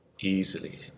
easily